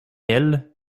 elle